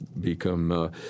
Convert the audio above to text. become